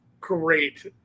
Great